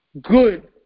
good